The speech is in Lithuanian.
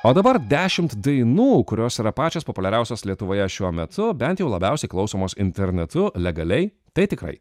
o dabar dešimt dainų kurios yra pačios populiariausios lietuvoje šiuo metu bent jau labiausiai klausomos internetu legaliai tai tikrai